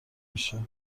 میشه